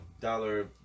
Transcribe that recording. Dollar